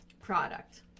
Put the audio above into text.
product